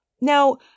Now